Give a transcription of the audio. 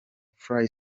fly